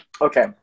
okay